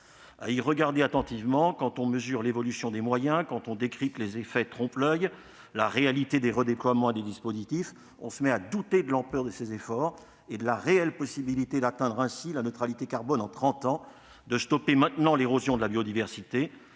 À y regarder attentivement, quand on mesure l'évolution des moyens, quand on décrypte les effets trompe-l'oeil et la réalité des redéploiements et des dispositifs, on se met à douter de l'ampleur de ces efforts et de la réelle possibilité d'atteindre ainsi la neutralité carbone en trente ans, de stopper maintenant l'érosion de la biodiversité,